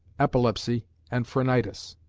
epilepsy and phrenitis.